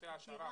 קורסי העשרה,